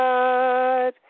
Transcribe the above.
God